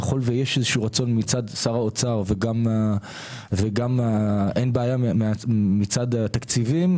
ככל שיש רצון מצד שר האוצר ואין בעיה מצד התקציבים,